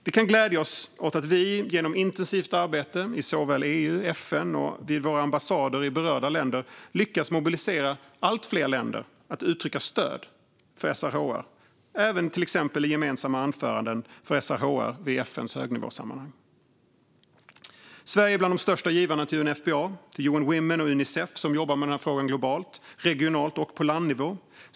Vi kan glädja oss åt att vi genom intensivt arbete i såväl EU och FN som vid våra ambassader i berörda länder lyckats mobilisera allt fler länder att uttrycka stöd för SRHR, även till exempel i gemensamma anföranden för SRHR i FN:s högnivåsammanhang. Sverige är bland de största givarna till UNFPA, UN Women och Unicef, som jobbar med denna fråga globalt, regionalt och på landnivå.